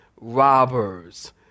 robbers